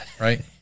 Right